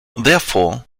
therefore